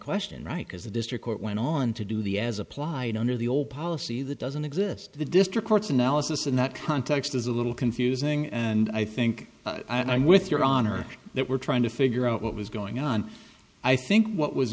question right because the district court went on to do the as applied under the old policy that doesn't exist the district courts analysis in that context is a little confusing and i think i'm with your honor that we're trying to figure out what was going on i think what was